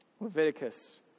Leviticus